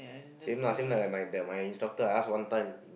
same lah same lah my that my instructor I ask one time